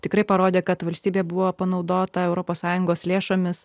tikrai parodė kad valstybė buvo panaudota europos sąjungos lėšomis